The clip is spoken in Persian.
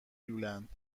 لولند